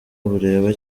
bureba